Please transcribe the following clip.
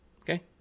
okay